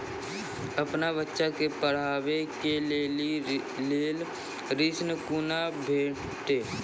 अपन बच्चा के पढाबै के लेल ऋण कुना भेंटते?